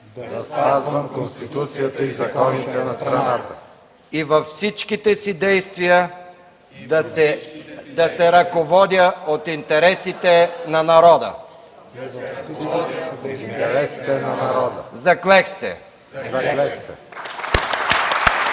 да спазвам Конституцията и законите на страната и във всичките си действия да се ръководя от интересите на народа. Заклех се!”